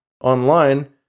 online